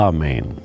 Amen